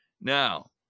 Now